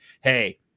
hey